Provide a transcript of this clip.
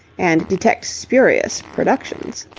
and detect spurious, productions.